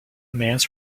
commands